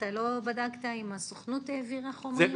אתה לא בדקת אם הסוכנות העבירה חומרים לשם?